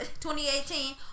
2018